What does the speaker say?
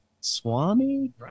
Swami